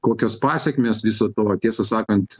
kokios pasekmės viso to tiesą sakant